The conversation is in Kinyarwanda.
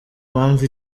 mpamvu